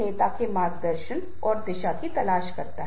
नेतृत्व किसी व्यक्ति में नहीं बल्कि लोगों के बीच होता है